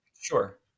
Sure